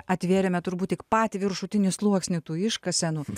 atvėrėme turbūt tik patį viršutinį sluoksnį tų iškasenų